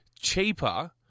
cheaper